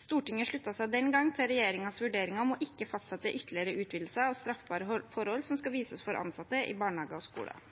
Stortinget sluttet seg den gang til regjeringens vurderinger om ikke å fastsette ytterligere utvidelser av straffbare forhold som skal vises for ansatte i barnehager og skoler.